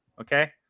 Okay